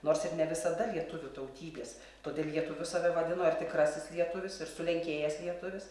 nors ir ne visada lietuvių tautybės todėl lietuviu save vadino ir tikrasis lietuvis ir sulenkėjęs lietuvis